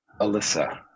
Alyssa